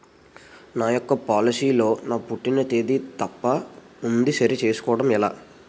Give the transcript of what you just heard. నా యెక్క పోలసీ లో నా పుట్టిన తేదీ తప్పు ఉంది సరి చేసుకోవడం ఎలా?